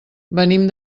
venim